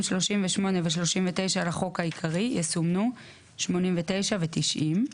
38 ו־39 לחוק העיקרי יסומנו "89 "ו־"90".